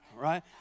right